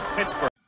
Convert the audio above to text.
Pittsburgh